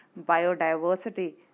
biodiversity